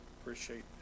Appreciate